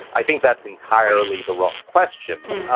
i think that's entirely the wrong question.